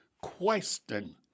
question